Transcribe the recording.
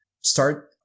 start